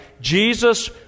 Jesus